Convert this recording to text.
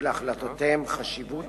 שלהחלטותיהן חשיבות